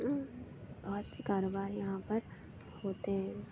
بہت سے کاروبار یہاں پر ہوتے ہیں